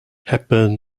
hepburn